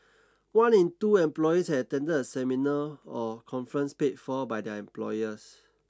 one in two employees had attended a seminar or conference paid for by their employers